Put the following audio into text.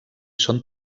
són